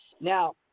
Now